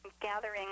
gathering